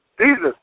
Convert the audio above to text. Jesus